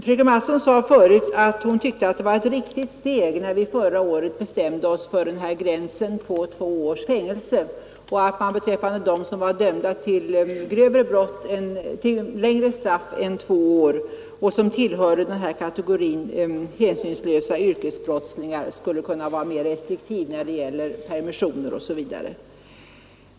Fröken Mattson sade förut att hon tyckte att det var ett riktigt steg när vi förra året bestämde oss för den här gränsen vid två års fängelse och att man beträffande dem som var dömda till längre straff än två år och som tillhörde kategorin hänsynslösa yrkesbrottslingar skulle kunna vara mer restriktiv när det gäller permissioner osv.